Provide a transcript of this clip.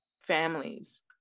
families